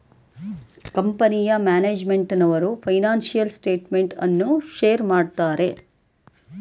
ಕಂಪನಿಯ ಮ್ಯಾನೇಜ್ಮೆಂಟ್ನವರು financial statement ಅನ್ನು ಶೇರ್ ಮಾಡುತ್ತಾರೆ